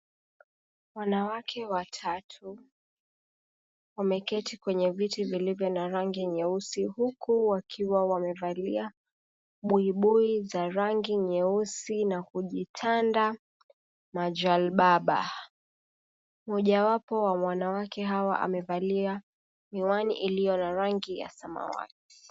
Wanawake watatu wameketi kwenye viti vilivyo na rangi nyeusi huku wakiwa wamevalia buibui za rangi nyeusi na kutanda majalbaba. Mojawapo ya wanawake hawa amevalia miwani iliyo na rangi ya samawati.